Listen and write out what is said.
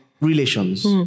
relations